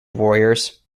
warriors